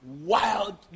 Wild